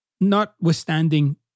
notwithstanding